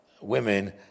women